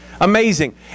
amazing